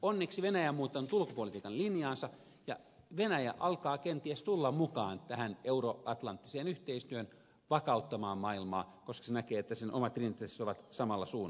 onneksi venäjä on muuttanut ulkopolitiikan linjaansa ja venäjä alkaa kenties tulla mukaan tähän euroatlanttiseen yhteistyöhön vakauttamaan maailmaa koska se näkee että sen omat intressit ovat samalla suunnalla